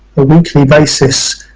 a weekly basis.